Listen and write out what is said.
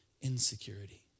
insecurity